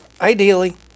ideally